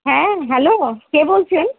হ্যাঁ হ্যালো কে বলছেন